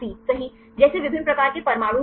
सही जैसे विभिन्न प्रकार के परमाणु होते हैं